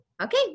Okay